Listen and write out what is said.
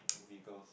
vehicles